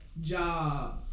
job